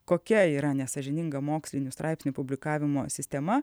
kokia yra nesąžininga mokslinių straipsnių publikavimo sistema